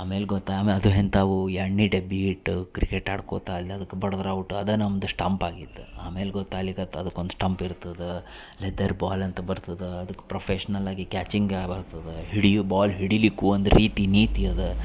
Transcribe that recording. ಆಮೇಲೆ ಗೊತ್ತು ಆಮೇಲ್ ಅದು ಎಂಥವೂ ಎಣ್ಣೆ ಡಬ್ಬಿ ಇಟ್ಟು ಕ್ರಿಕೆಟ್ ಆಡ್ಕೋತ ಇದು ಅದಕ್ಕೆ ಬಡಿದ್ರೆ ಔಟ್ ಅದ ನಮ್ದು ಸ್ಟಂಪ್ ಆಗಿತ್ತು ಆಮೇಲೆ ಗೊತ್ತಾಗ್ಲಿಕತ್ತು ಅದ್ಕೊಂದು ಸ್ಟಂಪ್ ಇರ್ತದೆ ಲೆದರ್ ಬಾಲ್ ಅಂತ ಬರ್ತದೆ ಅದಕ್ಕೆ ಪ್ರೊಫೆಷ್ನಲ್ ಆಗಿ ಕ್ಯಾಚಿಂಗ್ ಬರ್ತದೆ ಹಿಡಿಯೋ ಬಾಲ್ ಹಿಡಿಲಿಕ್ಕೆ ಒಂದು ರೀತಿ ನೀತಿ ಅದ